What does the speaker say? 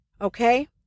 Okay